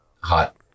hot